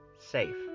safe